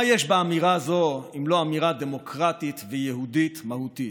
מה יש באמירה זו אם לא אמירה דמוקרטית ויהודית מהותית?